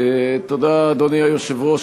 אדוני היושב-ראש,